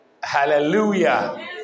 Hallelujah